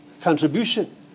contribution